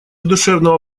душевного